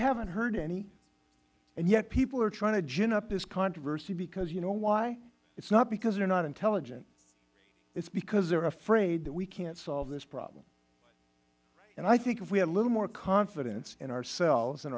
haven't heard any and yet people are trying to gin up this controversy because you know why it is not because they are not intelligent it is because they are afraid that we can't solve this problem and i think if we had a little more confidence in ourselves and